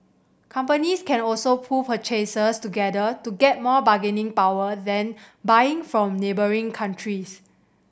companies can also pool purchases together to get more bargaining power then buying from neighbouring countries